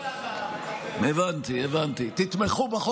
אדוני השר, תקים את הוועדה, הבנתי, הבנתי.